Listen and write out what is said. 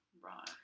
Right